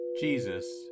Jesus